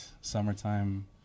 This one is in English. summertime